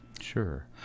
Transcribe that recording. Sure